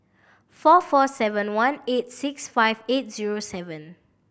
four four seven one eight six five eight zero seven